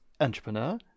entrepreneur